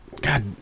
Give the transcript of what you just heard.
God